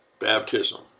baptism